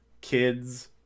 kids